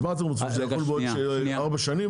אז מה אתם רוצים, שהחוק הזה יחול בעוד ארבע שנים?